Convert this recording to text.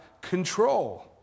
control